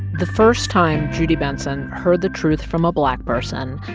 the first time judy benson heard the truth from a black person,